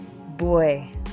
boy